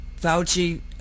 Fauci